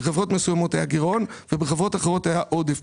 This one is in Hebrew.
בחברות מסוימות היה גרעון ובחברות אחרות היה עודף.